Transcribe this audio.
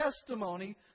testimony